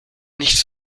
nichts